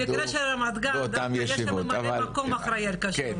במקרה של רמת גן דווקא יש שם ממלא מקום אחראי על כשרות,